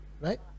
Right